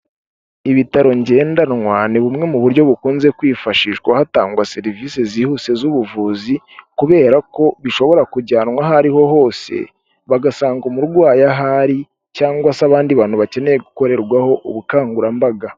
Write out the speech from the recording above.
Ibitaro ngendanwa ni bumwe mu buryo bukunze kwifashishwa hatangwa serivisi zihuse z'ubuvuzi, kubera ko bishobora kujyanwa aho ariho hose bagasanga umurwayi aha ari cyangwa se abandi bantu bakeneye gukorerwaho ubukangurambaga.